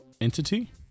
entity